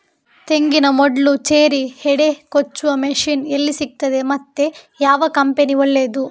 ತೆಂಗಿನ ಮೊಡ್ಲು, ಚೇರಿ, ಹೆಡೆ ಕೊಚ್ಚುವ ಮಷೀನ್ ಎಲ್ಲಿ ಸಿಕ್ತಾದೆ ಮತ್ತೆ ಯಾವ ಕಂಪನಿ ಒಳ್ಳೆದು?